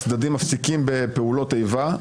הצדדים מפסיקים בפעולות איבה,